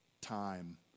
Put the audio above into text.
time